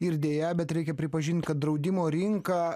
ir deja bet reikia pripažint kad draudimo rinka